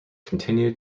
continued